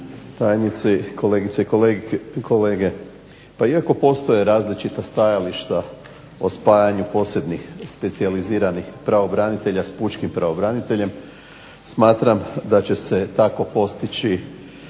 tajnici, kolegice i kolege. Pa iako postoje različita stajališta o spajanju posebnih specijaliziranih pravobranitelja s pučkim pravobraniteljem smatram da će se tako postići